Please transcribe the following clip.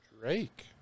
Drake